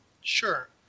sure